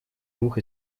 двух